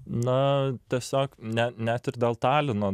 na tiesiog ne net ir dėl talino